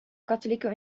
katholieke